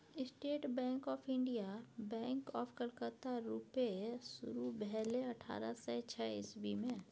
state Bank of India, Bank of Calcutta रुपे शुरु भेलै अठारह सय छअ इस्बी मे